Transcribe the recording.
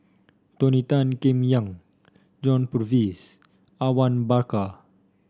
Tony Tan Keng Yam John Purvis Awang Bakar